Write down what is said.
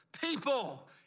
people